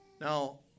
Now